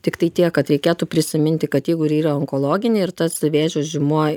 tiktai tiek kad reikėtų prisiminti kad jeigu ir yra onkologiniai ir tas vėžio žymuo